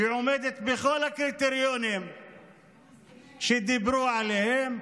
שהיא עומדת בכל הקריטריונים שדיברו עליהם.